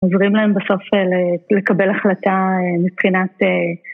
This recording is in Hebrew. עוזרים להם בסוף לקבל החלטה מבחינת...